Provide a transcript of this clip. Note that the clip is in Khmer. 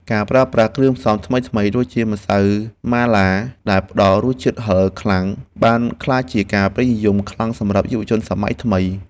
ការប្រើប្រាស់គ្រឿងផ្សំថ្មីៗដូចជាម្សៅម៉ាឡា ដែលផ្ដល់រសជាតិហឹរខ្លាំងបានក្លាយជាការពេញនិយមខ្លាំងសម្រាប់យុវវ័យសម័យថ្មី។